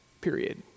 period